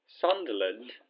Sunderland